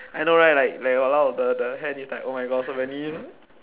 I know right like like !walao! the the hand is like oh my god so many